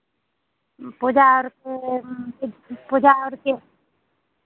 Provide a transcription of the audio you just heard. पूजा और के पूजा और के